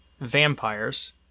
vampires